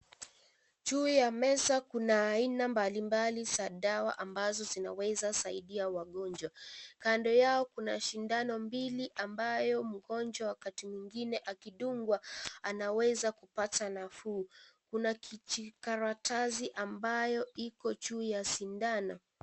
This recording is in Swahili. Juu ya meza kuna aina mbalimbali za dawa ambazo zinaweza saidia magonjwa. Kando yao kuna sindano mbili ambayo , mgonjwa wakati mwingine akidungwa anaweza kupata nafuu. Kuna vijikaratasi ambayo iko juu ya sindano.